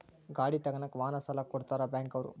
ಗಾಡಿ ತಗನಾಕ ವಾಹನ ಸಾಲ ಕೊಡ್ತಾರ ಬ್ಯಾಂಕ್ ಅವ್ರು